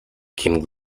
king